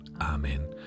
Amen